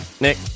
nick